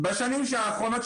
בשנים האחרונות,